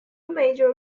major